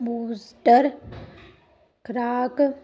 booster ਖੁਰਾਕ